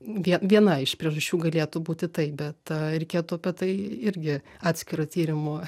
vie viena iš priežasčių galėtų būti tai bet reikėtų apie tai irgi atskirą tyrimų